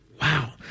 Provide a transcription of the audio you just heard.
Wow